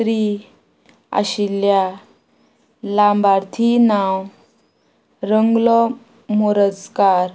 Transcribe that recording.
three आशिल्ल्या लाबार्थी नांव रंगलो मोरजकार